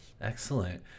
Excellent